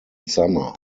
summer